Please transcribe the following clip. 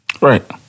Right